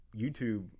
youtube